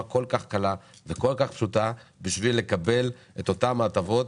כל כך קלה וכל כך פשוטה כדי לקבל את אותן הטבות